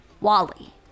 Wally